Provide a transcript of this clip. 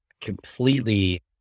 completely